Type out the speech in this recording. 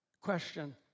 Question